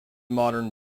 modern